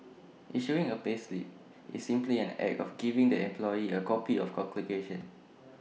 issuing A payslip is simply an act of giving the employee A copy of the calculation